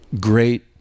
great